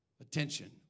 Attention